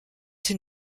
une